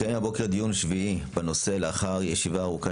אנחנו מקיימים הבוקר דיון שביעי בנושא לאחר ישיבה ארוכה